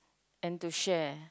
and to share